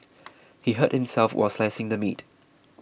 he hurt himself while slicing the meat